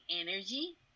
energy